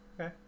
okay